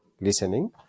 listening